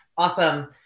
Awesome